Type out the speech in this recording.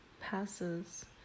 passes